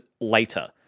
later